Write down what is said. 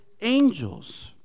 angels